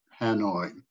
Hanoi